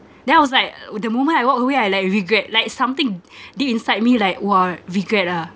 then I was like the moment I walk away I like regret like something deep inside me like !wah! regret ah